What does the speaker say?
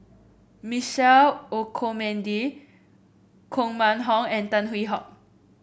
Michael Olcomendy Koh Mun Hong and Tan Hwee Hock